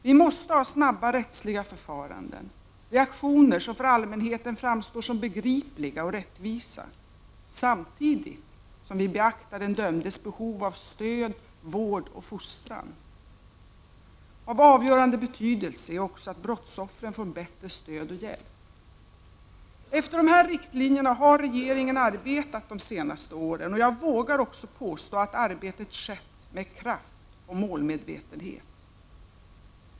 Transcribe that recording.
Vi måste ha snabba rättsliga förfaranden, reaktioner som för allmänheten framstår som begripliga och rättvisa, samtidigt som vi beaktar den dömdes behov av stöd, vård och fostran. Av avgörande betydelse är också att brottsoffren får bättre stöd och hjälp. Det är efter dessa riktlinjer som regeringen har arbetat de senaste åren, och jag vågar också påstå att arbetet har skett med kraft och målmedvetenhet.